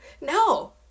No